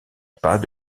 pas